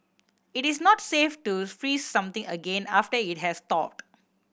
it is not safe to freeze something again after it has thawed